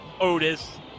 Otis